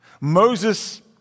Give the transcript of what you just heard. Moses